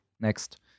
next